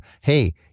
hey